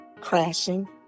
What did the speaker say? crashing